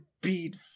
beat